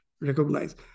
recognize